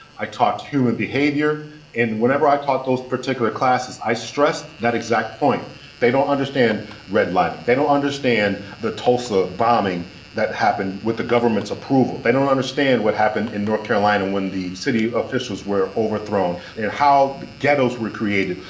i taught human behavior and whatever i taught those particular classes, i stressed that exact point they don't understand redlining. they don't understand the tulsa bombing that happened with the government's approval. they don't understand what happened in north carolina when the city officials were overthrown and how ghettos were created.